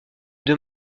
deux